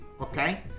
okay